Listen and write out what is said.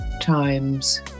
times